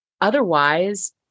otherwise